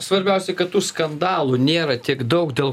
svarbiausia kad tų skandalų nėra tiek daug dėl